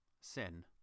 sin